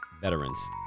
Veterans